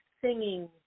singing